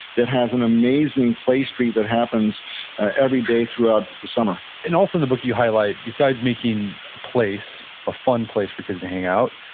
that has an amazing play street that happens every day throughout the summer and also, the book, you highlight, besides making a place a fun place for kids to hang out,